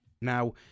now